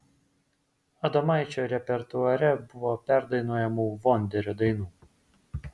adomaičio repertuare buvo perdainuojamų vonderio dainų